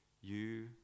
You